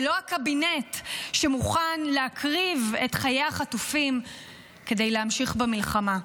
ולא הקבינט שמוכן להקריב את חיי החטופים כדי להמשיך במלחמה.